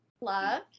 Love